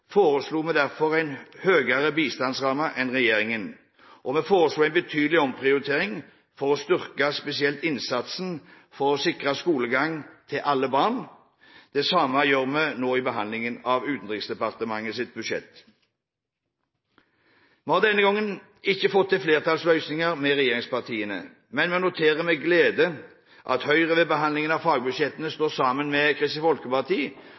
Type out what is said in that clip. foreslo vi derfor en høyere bistandsramme enn regjeringen, og vi foreslo en betydelig omprioritering for å styrke spesielt innsatsen for å sikre skolegang til alle barn. Det samme gjør vi nå i behandlingen av Utenriksdepartementets budsjett. Vi har denne gang ikke fått til flertallsløsning med regjeringspartiene. Men vi noterer med glede at Høyre ved behandlingen av fagbudsjettet står sammen med Kristelig Folkeparti